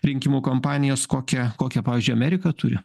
rinkimų kampanijos kokią kokią pavyzdžiui amerika turi